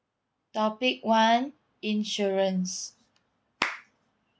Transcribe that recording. topic one insurance